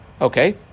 Okay